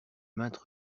maintes